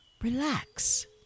relax